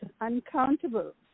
uncountable